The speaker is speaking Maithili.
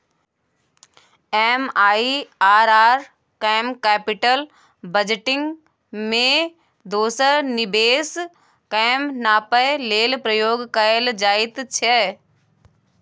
एम.आइ.आर.आर केँ कैपिटल बजटिंग मे दोसर निबेश केँ नापय लेल प्रयोग कएल जाइत छै